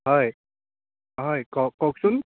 হয় হয় কওক কওকচোন